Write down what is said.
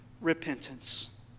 repentance